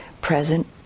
present